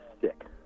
sick